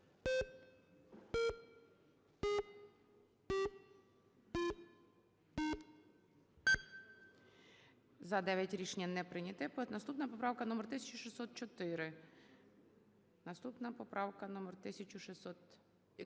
За-9 Рішення не прийняте. Наступна поправка - номер 1604. Наступна поправка - номер